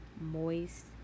moist